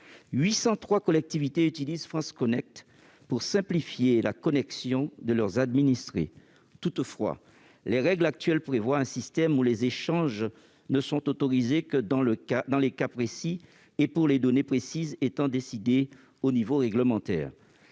803 collectivités utilisent FranceConnect pour simplifier la connexion de leurs administrés. Toutefois, les règles actuelles prévoient un système où les échanges ne sont autorisés que dans des cas précis et pour des données précises décidés au niveau réglementaire.